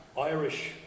Irish